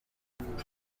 mfite